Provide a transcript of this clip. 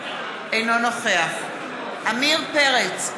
אינו נוכח עמיר פרץ,